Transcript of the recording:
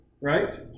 right